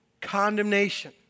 condemnation